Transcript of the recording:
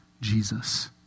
Jesus